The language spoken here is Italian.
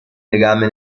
legame